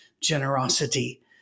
generosity